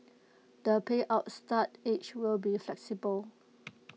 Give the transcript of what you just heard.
the payout start age will be flexible